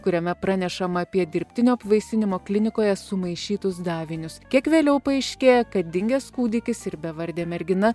kuriame pranešama apie dirbtinio apvaisinimo klinikoje sumaišytus davinius kiek vėliau paaiškėja kad dingęs kūdikis ir bevardė mergina